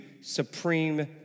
supreme